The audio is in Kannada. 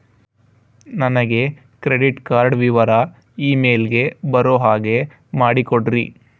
ನನಗೆ ಕ್ರೆಡಿಟ್ ಕಾರ್ಡ್ ವಿವರ ಇಮೇಲ್ ಗೆ ಬರೋ ಹಾಗೆ ಮಾಡಿಕೊಡ್ರಿ?